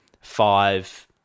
five